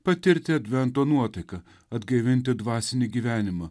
patirti advento nuotaiką atgaivinti dvasinį gyvenimą